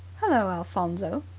hullo, alphonso!